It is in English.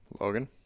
logan